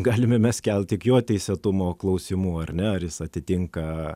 galime mes kelt tik jo teisėtumo klausimų ar ne ar jis atitinka